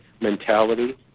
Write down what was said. mentality